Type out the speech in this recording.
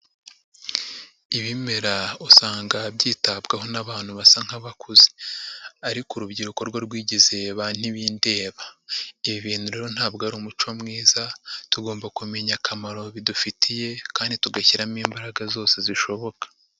Ibimera usanga byitabwaho n'abantu basa nk'abakuze ariko urubyiruko rwe rwigeze ba ntibindeba. Ibi bintu rero ntabwo ari umuco mwiza tugomba kumenya akamaro bidufitiye kandi tugashyiramo imbaraga zose zishoboka.